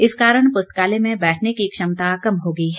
इस कारण पुस्तकालय में बैठने की क्षमता कम हो गई है